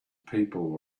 people